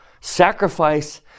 Sacrifice